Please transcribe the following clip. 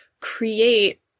create